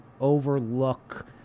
overlook